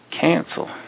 cancel